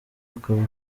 akaba